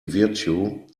virtue